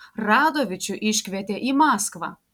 radovičių iškvietė į maskvą